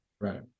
right